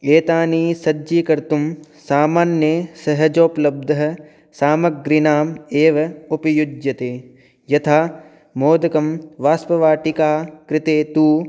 एतानि सज्जीकर्तुं सामान्ये सहजोपलब्धः सामग्रीनां एव उपयुज्यते यथा मोदकं वाष्पवाटिका कृते तु